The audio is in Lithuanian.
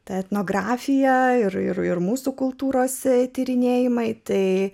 tai etnografiją ir mūsų kultūros tyrinėjimai tai